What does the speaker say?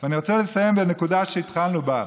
אני רוצה לסיים בנקודה שהתחלנו בה.